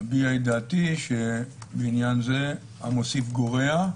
אביע את דעתי בעניין זה המוסיף גורע.